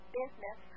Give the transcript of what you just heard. business